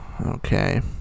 okay